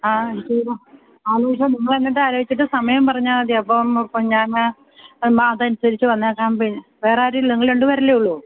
ആ ചെയ്തോളൂ ആലോചിച്ചോളൂ നിങ്ങളെന്നിട്ട് ആലോചിച്ചിട്ട് സമയം പറഞ്ഞാല് മതി അപ്പോള് ഇപ്പോള് ഞാന് എന്നാല് അതനുസരിച്ചു വന്നേക്കാം വേറാരുമില്ലല്ലോ നിങ്ങള് രണ്ടുപേരല്ലേ ഉള്ളു